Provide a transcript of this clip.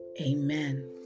Amen